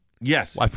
Yes